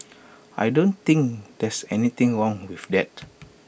I don't think there's anything wrong with that